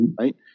Right